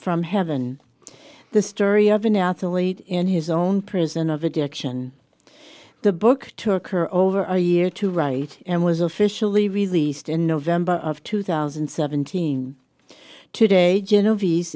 from heaven the story of an athlete in his own prison of addiction the book took her over a year to write and was officially released in november of two thousand and seventeen today genovese